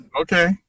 Okay